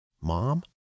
Mom